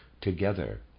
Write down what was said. together